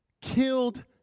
killed